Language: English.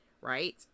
right